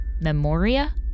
memoria